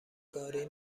گاری